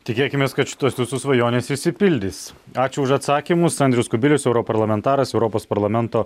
tikėkimės kad šitos jūsų svajonės išsipildys ačiū už atsakymus andrius kubilius europarlamentaras europos parlamento